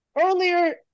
earlier